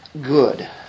good